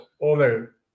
over